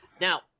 now